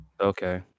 Okay